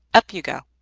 up you go!